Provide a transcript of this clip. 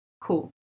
Cool